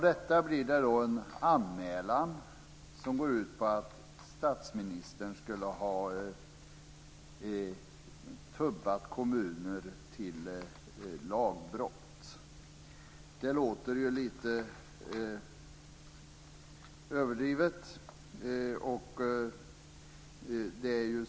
Detta ledde till en anmälan som gick ut på att statsministern skulle ha tubbat kommuner till lagbrott. Det låter ju lite överdrivet.